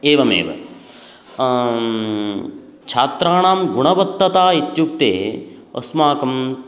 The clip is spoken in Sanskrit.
एवमेव छात्राणां गुणवत्तता इत्युक्ते अस्माकम्